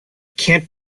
can’t